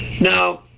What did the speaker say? now